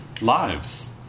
lives